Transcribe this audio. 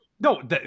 No